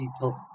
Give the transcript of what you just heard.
people